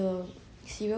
now it's out meh